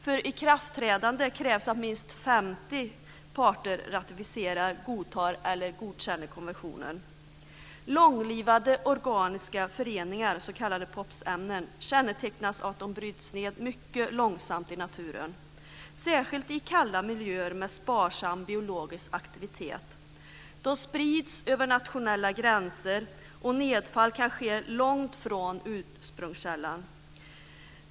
För ikraftträdande krävs att minst 50 parter ratificerar, godtar eller godkänner konventionen. ämnen, kännetecknas av att de bryts ned mycket långsamt i naturen, särskilt i kalla miljöer med sparsam biologisk aktivitet. De sprids över nationella gränser, och nedfall kan ske långt från ursprungskällan.